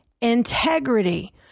integrity